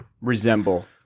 resemble